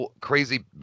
crazy